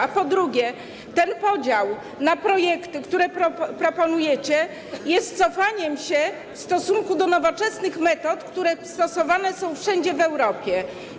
A po drugie, ten podział na projekty, który proponujecie, jest cofaniem się w stosunku do nowoczesnych metod, które stosowane są wszędzie w Europie.